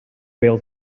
bêl